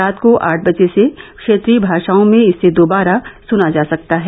रात को आठ बजे से क्षेत्रीय भाषाओं में इसे दोबारा सुना जा सकता है